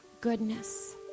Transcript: goodness